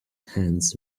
hands